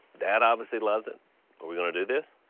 dad obviously loves it. are we gonna do this?